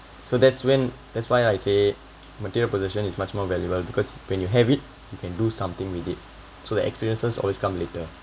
so that's when that's why I say material possession is much more valuable because when you have it you can do something with it so the experiences always come later